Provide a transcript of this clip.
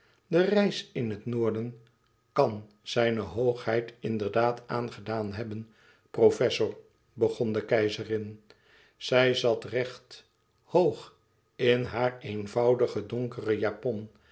de reis in het noorden kàn zijne hoogheid inderdaad aangedaan hebben professor begon de keizerin zij zat recht hoog in haar eenvoudigen donkeren japon